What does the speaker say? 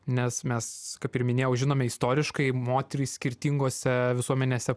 nes mes kaip ir minėjau žinome istoriškai moterys skirtingose visuomenėse